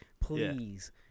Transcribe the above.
please